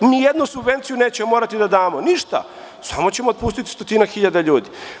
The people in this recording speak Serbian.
Ni jednu subvenciju nećemo morati da damo, ništa, samo ćemo otpustiti stotinak hiljada ljudi.